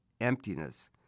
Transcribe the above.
emptiness